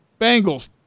Bengals